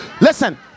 listen